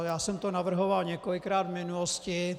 Já jsem to navrhoval několikrát v minulosti.